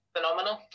Phenomenal